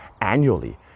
annually